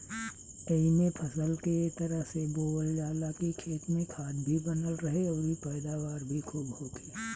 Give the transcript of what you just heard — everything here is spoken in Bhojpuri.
एइमे फसल के ए तरह से बोअल जाला की खेत में खाद भी बनल रहे अउरी पैदावार भी खुब होखे